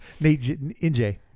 NJ